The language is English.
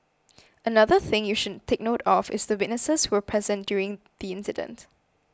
another thing you should take note of is the witnesses who present during the incident